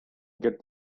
get